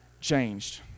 changed